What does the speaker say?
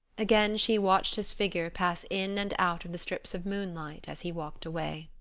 again she watched his figure pass in and out of the strips of moonlight as he walked away.